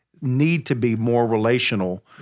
need-to-be-more-relational